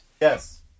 Yes